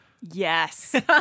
Yes